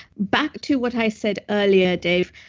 back to what i said earlier, dave,